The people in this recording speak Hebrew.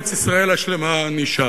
חלום ארץ-ישראל השלמה נשאר,